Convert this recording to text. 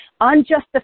Unjustified